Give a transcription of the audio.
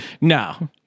No